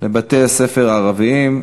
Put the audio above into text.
לבתי-ספר הערביים,